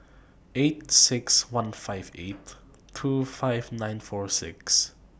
eight six one five eight two five nine four six